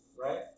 Right